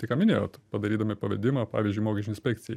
tik ką minėjot padarydami pavedimą pavyzdžiui mokesčių inspekcijai